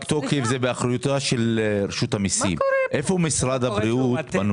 התפקיד של משרד הבריאות הוא להראות כמה נזק יש במוצר,